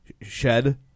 shed